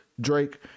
Drake